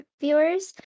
viewers